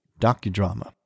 docudrama